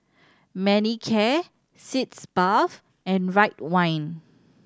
Manicare Sitz Bath and Ridwind